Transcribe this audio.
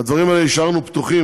את הדברים האלה השארנו פתוחים,